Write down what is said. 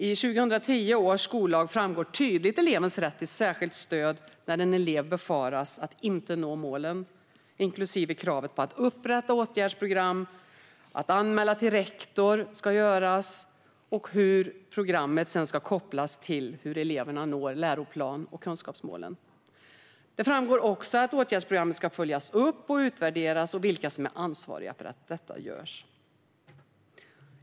I 2010 års skollag framgår tydligt elevens rätt till särskilt stöd när det befaras att eleven inte kommer att nå målen. Här ingår kravet på att upprätta ett åtgärdsprogram samt att en anmälan till rektor ska göras och hur programmet sedan ska kopplas till hur eleven ska nå läroplanen och kunskapsmålen. Där framgår också att åtgärdsprogrammet ska följas upp och utvärderas och vilka som är ansvariga för att detta görs.